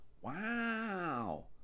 wow